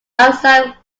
outside